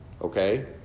Okay